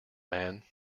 man